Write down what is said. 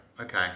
Okay